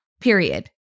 period